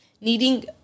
needing